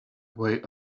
way